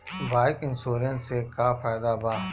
Bike insurance से का फायदा बा?